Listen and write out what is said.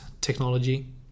technology